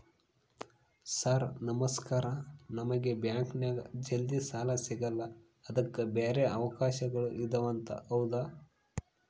Sir ನಮಸ್ಕಾರ ನಮಗೆ ಬ್ಯಾಂಕಿನ್ಯಾಗ ಜಲ್ದಿ ಸಾಲ ಸಿಗಲ್ಲ ಅದಕ್ಕ ಬ್ಯಾರೆ ಅವಕಾಶಗಳು ಇದವಂತ ಹೌದಾ?